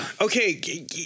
Okay